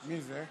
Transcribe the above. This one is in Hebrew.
מי זה?